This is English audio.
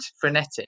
frenetic